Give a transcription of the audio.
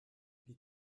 die